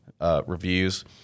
reviews